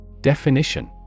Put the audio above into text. Definition